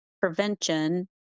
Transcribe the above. prevention